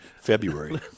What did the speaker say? february